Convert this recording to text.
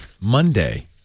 Monday